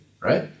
right